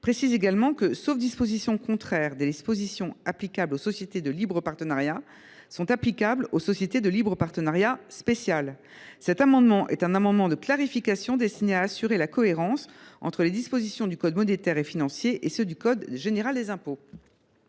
précise également que, « sauf dispositions contraires, les dispositions applicables à la société de libre partenariat sont applicables à la société de libre partenariat spéciale ». Cet amendement est un amendement de clarification destiné à assurer la cohérence entre les dispositions du code monétaire et financier et celles du code général des impôts.